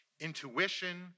Intuition